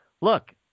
look